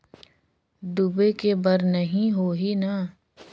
डूबे के बर नहीं होही न?